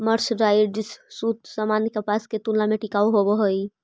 mercerised सूत सामान्य कपास के तुलना में टिकाऊ होवऽ हई